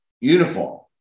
uniform